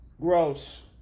gross